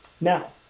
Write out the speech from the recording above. Now